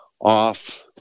off